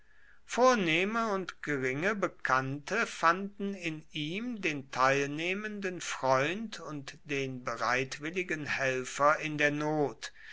vornehme und geringe bekannte fanden in ihm den teilnehmenden freund und den bereitwilligen helfer in der not